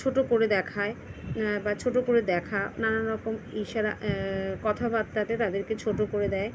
ছোট করে দেখায় বা ছোট করে দেখা নানান রকম ইশারা কথাবার্তাতে তাদেরকে ছোট করে দেয়